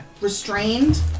Restrained